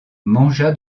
mangea